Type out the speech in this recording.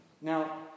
Now